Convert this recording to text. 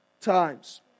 times